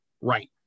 right